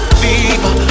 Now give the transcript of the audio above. fever